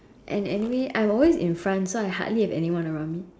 and anyway I'm always in front so I hardly have anyone around me